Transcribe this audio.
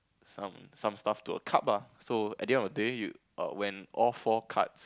some some stuff to a cup ah so at the end of day you err when all four cards